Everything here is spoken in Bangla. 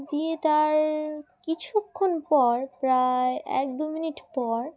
দিয়ে তার কিছুক্ষণ পর প্রায় এক দু মিনিট পর